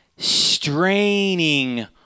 Straining